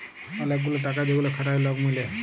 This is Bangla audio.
ওলেক গুলা টাকা যেগুলা খাটায় লক মিলে